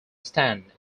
stand